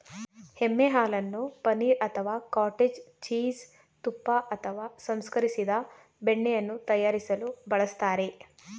ಎಮ್ಮೆ ಹಾಲನ್ನು ಪನೀರ್ ಅಥವಾ ಕಾಟೇಜ್ ಚೀಸ್ ತುಪ್ಪ ಅಥವಾ ಸಂಸ್ಕರಿಸಿದ ಬೆಣ್ಣೆಯನ್ನು ತಯಾರಿಸಲು ಬಳಸ್ತಾರೆ